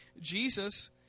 Jesus